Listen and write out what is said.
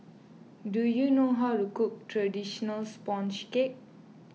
do you know how to cook Traditional Sponge Cake